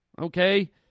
okay